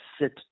sit